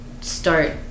start